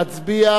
מי בעד?